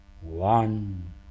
One